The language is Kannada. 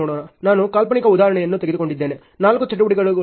ನಾನು ಕಾಲ್ಪನಿಕ ಉದಾಹರಣೆಯನ್ನು ತೆಗೆದುಕೊಂಡಿದ್ದೇನೆ ನಾಲ್ಕು ಚಟುವಟಿಕೆಗಳು ಇವೆ